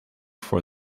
for